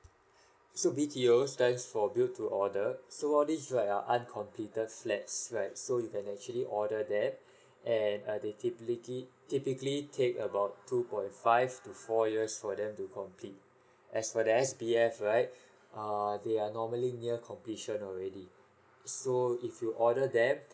so B_T_O stands for build to order so all these right are uncompleted flats right so you can actually order them and uh they typlici~ typically take about two point five to four years for them to complete as for the S_B_F right err they are normally near completion already so if you order them